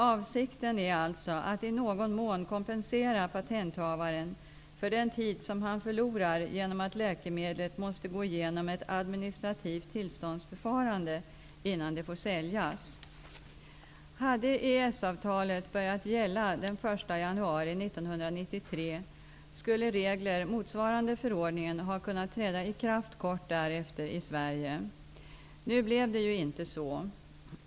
Avsikten är alltså att i någon mån kompensera patenthavaren för den tid som han förlorar genom att läkemedlet måste gå igenom ett administrativt tillståndsförfarande innan det får säljas. skulle regler motsvarande förordningen ha kunnat träda i kraft kort därefter i Sverige. Nu blev det ju inte så.